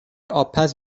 آبپز